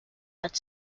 but